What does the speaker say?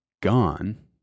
gone